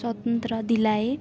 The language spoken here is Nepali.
स्वतन्त्र दिलाए